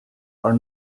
are